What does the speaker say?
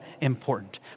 important